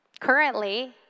Currently